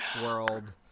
world